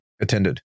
attended